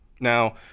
Now